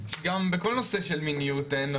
בכל נושא של מיניות אין ,